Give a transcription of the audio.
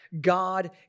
God